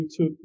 YouTube